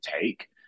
take